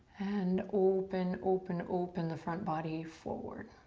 and open, open, open the front body forward.